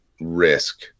risk